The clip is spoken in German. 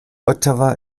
ottawa